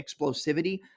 explosivity